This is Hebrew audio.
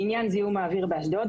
בעניין זיהום האוויר באשדוד.